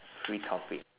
free topic